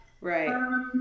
Right